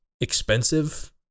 expensive